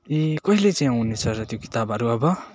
ए कहिले चाहिँ आउनेछ र त्यो किताबहरू अब